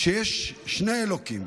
שיש שני אלוקים.